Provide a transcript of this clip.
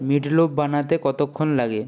meatloaf বানাতে কতোক্ষণ লাগে